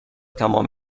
تمام